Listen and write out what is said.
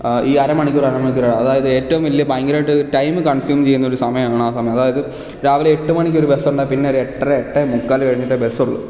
ഈ അരമണിക്കൂർ അരമണിക്കൂറാണ് അതായതു ഏറ്റവും വലിയ ഭയങ്കരമായിട്ട് ടൈം കൺസ്യൂം ചെയ്യുന്ന ഒരു സമയമാണ് ആ സമയം അതായത് രാവിലെ എട്ട് മണിക്ക് ഒരു ബസ്സുണ്ട് പിന്നെ ഒരു എട്ടര എട്ടേ മുക്കാൽ കഴിഞ്ഞിട്ടേ ബസ്സുള്ളൂ